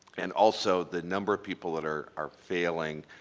and also the number of people that are are failing,